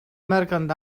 merchant